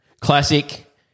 Classic